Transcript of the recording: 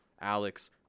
Alex